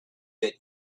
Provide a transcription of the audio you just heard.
that